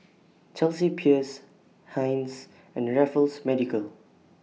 Chelsea Peers Heinz and Raffles Medical